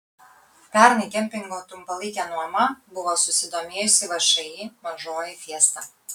pernai kempingo trumpalaike nuoma buvo susidomėjusi všį mažoji fiesta